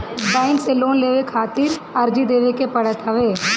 bank से loan लेवे खातिर अर्जी देवे के पड़त हवे